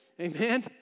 Amen